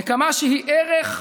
נקמה שהיא ערך,